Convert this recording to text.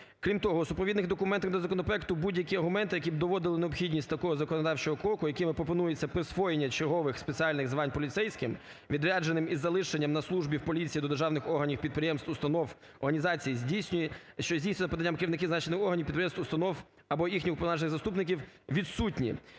Крім того, в супровідних документах до законопроекту будь-які аргументу, які б доводили необхідність такого законодавчого кроку, якими пропонується присвоєння чергових спеціальних звань поліцейським відрядженим із залишенням на службі в поліції до державних органів, підприємств, установ, організацій, що здійснює за поданням керівників зазначених органів підприємств, установ або їхніх уповноважених заступників відсутні.